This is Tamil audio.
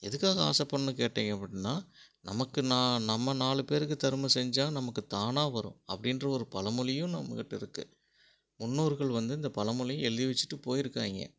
எதற்காக ஆசைப்பட்ணும் கேட்டிங்க அப்படினா நமக்கு நான் நம்ம நாலு பேருக்கு தருமம் செஞ்சால் நமக்கு தானாக வரும் அப்படின்ற ஒரு பழமொழியும் நம்மக்கிட்ட இருக்கு முன்னோர்கள் வந்து இந்த பழமொழியும் எழுதி வச்சுவிட்டு போயிருக்காய்ங்க